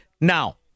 now